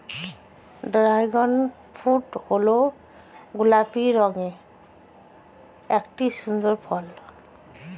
dragon fruit হল গোলাপি রঙের একটি সুন্দর ফল